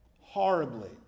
horribly